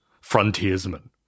frontiersmen